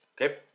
Okay